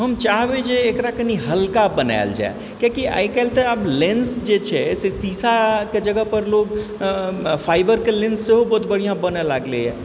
हम चाहबै जे एकरा कनि हल्का बनायल जाइ किआकि आइकाल्हि तऽ आब लेन्स जे छै से शीशाके जगहपर लोग फाइबरके लेन्स सेहो बहुत बढ़िआँ बनै लागलै हंँ